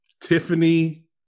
tiffany